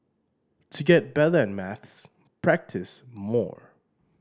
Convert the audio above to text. to get better at maths practise more